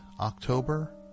October